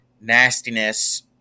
nastiness